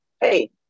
hey